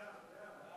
כן.